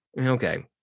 Okay